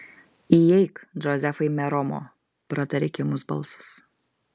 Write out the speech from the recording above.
įeik džozefai meromo pratarė kimus balsas